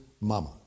mama